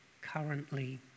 currently